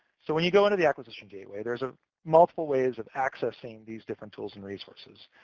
so when you go into the acquisition gateway, there's ah multiple ways of accessing these different tools and resources.